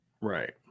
right